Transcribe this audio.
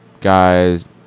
guys